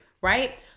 right